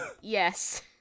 Yes